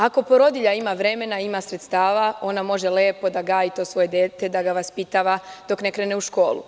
Ako porodilja ima vremena, ima sredstava ona može lepo da gaji to svoje dete, da ga vaspitava dok ne krene u školu.